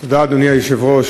תודה, אדוני היושב-ראש.